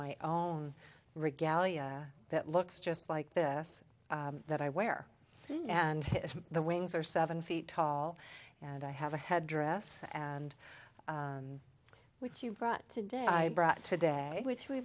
my own regalia that looks just like this that i wear and the wings are seven feet tall and i have a headdress and what you brought today i brought today which we